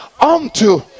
unto